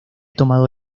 tomado